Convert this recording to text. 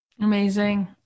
Amazing